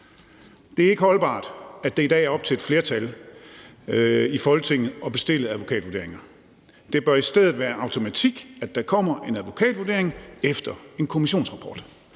Det er ikke holdbart, at det i dag er op til et flertal i Folketinget at bestille advokatvurderinger. Det bør i stedet være automatik, at der kommer en advokatvurdering efter en kommissionsrapport.